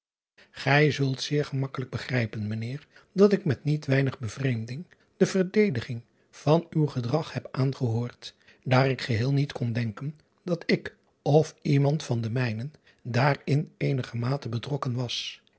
uisman makkelijk begrijpen ijnheer dat ik met niet weinig bevreemding de verdediging van uw gedrag heb aangehoord daar ik geheel niet kon denken dat ik of iemand van de mijnen daarin eenigermate betrokken was